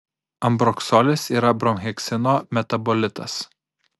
ambroksolis yra bromheksino metabolitas